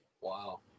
Wow